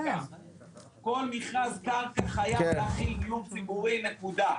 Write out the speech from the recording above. כל מכרז קרקע חייב להכיל דיור ציבורי, נקודה.